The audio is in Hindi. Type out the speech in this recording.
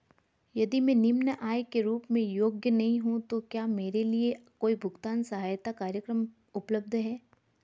यदि मैं निम्न आय के रूप में योग्य नहीं हूँ तो क्या मेरे लिए कोई भुगतान सहायता कार्यक्रम उपलब्ध है?